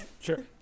Sure